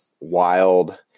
wild